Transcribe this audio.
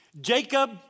Jacob